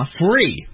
free